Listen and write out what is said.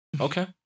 okay